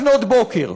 לפנות בוקר,